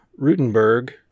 Rutenberg